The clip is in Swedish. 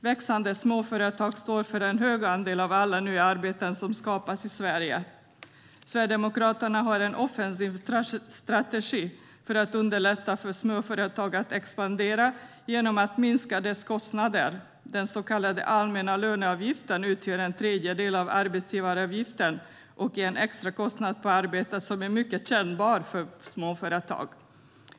Växande småföretag står för en stor andel av alla nya arbeten som skapas i Sverige. Sverigedemokraterna har en offensiv strategi för att underlätta för småföretag att expandera genom att minska deras kostnader. Den så kallade allmänna löneavgiften utgör en tredjedel av arbetsgivaravgiften och är en extra kostnad på arbete som är mycket kännbar för småföretag.